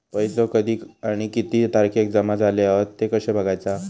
पैसो कधी आणि किती तारखेक जमा झाले हत ते कशे बगायचा?